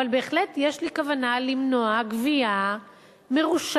אבל בהחלט יש לי כוונה למנוע גבייה מרושעת